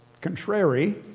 contrary